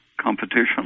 competition